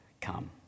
come